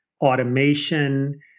automation